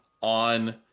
on